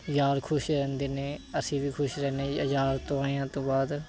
ਯਾਰ ਖੁਸ਼ ਰਹਿੰਦੇ ਨੇ ਅਸੀਂ ਵੀ ਖੁਸ਼ ਰਹਿੰਦੇ ਯਾਰ ਤੋਂ ਆਇਆਂ ਤੋਂ ਬਾਅਦ